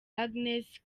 agnes